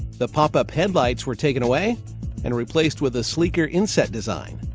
the pop-up headlights were taken away and replaced with a sleeker inset design.